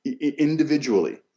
individually